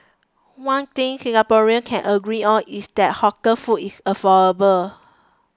one thing Singaporeans can agree on is that hawker food is affordable